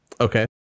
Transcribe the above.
Okay